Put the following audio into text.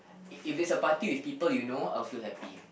if it's a party with people you know I'll feel happy